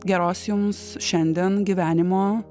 geros jums šiandien gyvenimo